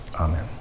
Amen